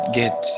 get